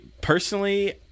personally